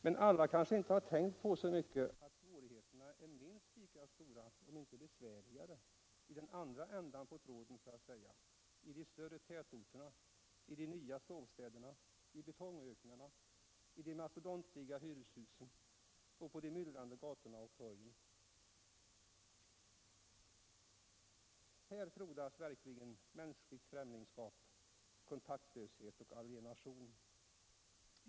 Men alla kanske inte har tänkt så mycket på att svårigheterna är minst lika stora, om inte besvärligare, i den andra änden' på tråden — i de större tätorterna, i de nya soövstäderna, i de mastodontliknande betongöknarna, i de mastodontlika hyreshusen och på de myllrande gatorna och torgen. Här frodas verkligen mänskligt främlingskap, kontaktlöshet och alienation.